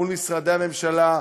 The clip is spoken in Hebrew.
מול משרדי הממשלה,